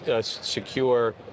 secure